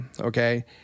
okay